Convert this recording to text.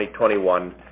2021